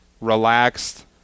relaxed